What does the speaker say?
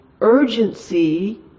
urgency